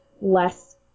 less